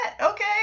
Okay